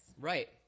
Right